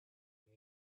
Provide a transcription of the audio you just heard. make